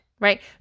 right